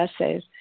essays